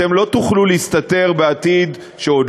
אתם לא תוכלו להסתתר בעתיד ולומר שעוד